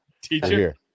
teacher